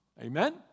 Amen